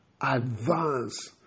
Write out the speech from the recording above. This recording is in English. advance